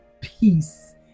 peace